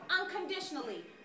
unconditionally